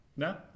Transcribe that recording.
No